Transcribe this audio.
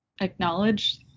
acknowledge